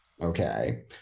Okay